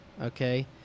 okay